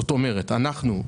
זאת אומרת אנחנו,